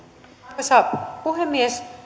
arvoisa puhemies